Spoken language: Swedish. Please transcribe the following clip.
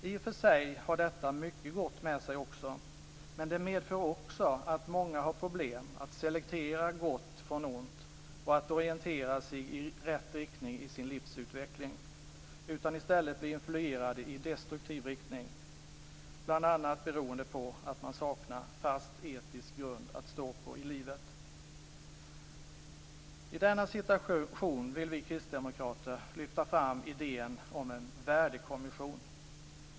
I och för sig har detta också mycket gott med sig, men det medför samtidigt att många har problem att selektera gott från ont och att orientera sig i rätt riktning i sin livsutveckling. I stället blir man influerad i destruktiv riktning, bl.a. beroende på att man saknar en fast etisk grund att stå på i livet. I denna situation vill vi kristdemokrater lyfta fram idén om en värdekommission.